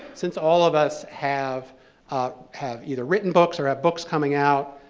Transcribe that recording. since all of us have have either written books or have books coming out,